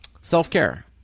Self-care